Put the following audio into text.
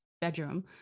bedroom